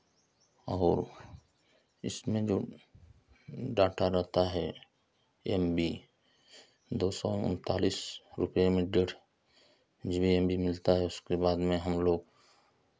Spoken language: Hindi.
और इसमें जो डाटा रहता है एम बी दो सौ उनतालीस रुपैये में डेढ़ जी बी एम बी मिलता है उसके बाद में हमलोग